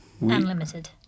unlimited